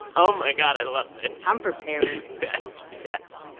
oh, my god. i love it i'm prepared yes. yes.